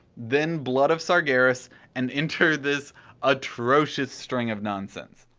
then blood of sargeras and enter this atrocious string of nonsense.